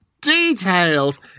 details